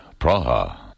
Praha